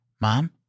Mom